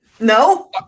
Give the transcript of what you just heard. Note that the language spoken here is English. No